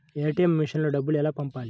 ATM మెషిన్లో డబ్బులు ఎలా పంపాలి?